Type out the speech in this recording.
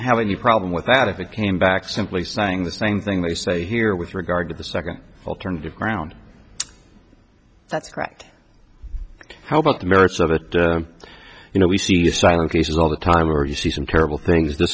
have any problem with that if it came back simply saying the same thing they say here with regard to the second alternative round that's correct how about the merits of it you know we see the silent cases all the time where you see some terrible things t